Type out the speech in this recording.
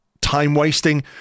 time-wasting